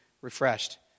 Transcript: refreshed